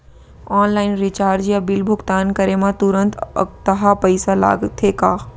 Online recharge या bill भुगतान करे मा तुरंत अक्तहा पइसा लागथे का?